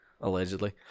Allegedly